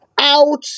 out